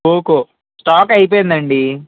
Poco stock అయిపోయిందండి